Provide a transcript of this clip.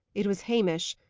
it was hamish.